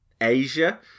Asia